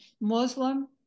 Muslim